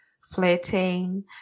flirting